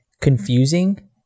confusing